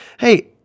Hey –